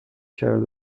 کرده